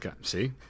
See